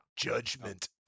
Judgment